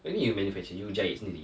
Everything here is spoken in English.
where you manufacture you jahit sendiri